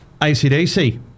ACDC